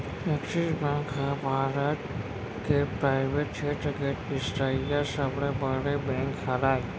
axis bank ह भारत के private छेत्र के तिसरइसा सबले बड़े बेंक हरय